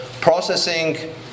processing